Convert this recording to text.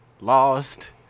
lost